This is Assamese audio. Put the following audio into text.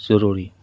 জৰুৰী